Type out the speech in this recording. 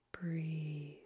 Breathe